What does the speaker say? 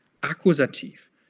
Akkusativ